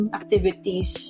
activities